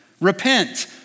Repent